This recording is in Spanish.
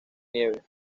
nieve